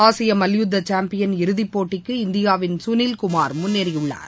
ஆசியமல்யுத்தசாம்பியன் இறுதிப்போட்டிக்கு இந்தியாவின் சுனில்குமார் முன்னேறியுள்ளார்